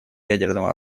ядерного